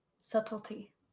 Subtlety